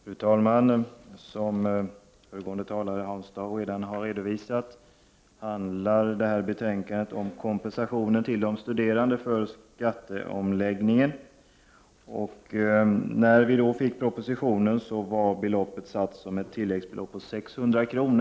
Fru talman! Som föregående talare Hans Dau redan har redovisat, handlar detta betänkande om kompensationen till de studerande för skatteomläggningen. När vi fick propositionen var beloppet satt som ett tilläggsbelop på 600 kr.